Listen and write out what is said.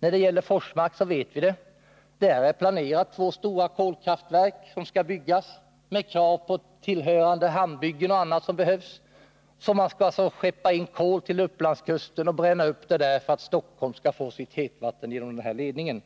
När det gäller Forsmark vet vi det. Man har planerat att bygga två stora kolkraftverk med krav på tillhörande hamnbyggen och annat. Man skall alltså skeppa in kol till Upplandskusten och bränna upp det där, för att Stockholm skall få sitt hetvatten genom ledningen!